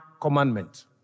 commandment